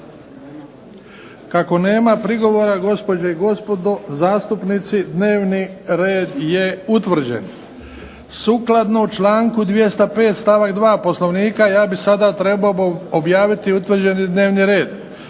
Kako nema prigovora, gospođo i gospodo zastupnici dnevni red je utvrđen. Sukladno članku 205. stavak 2. Poslovnika, ja bih sada trebao objaviti utvrđeni dnevni red.